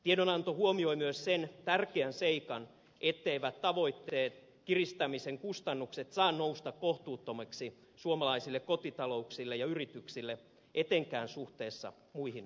tiedonanto huomioi myös sen tärkeän seikan etteivät tavoitteen kiristämisen kustannukset saa nousta kohtuuttomiksi suomalaisille kotitalouksille ja yrityksille etenkään suhteessa muihin teollisuusmaihin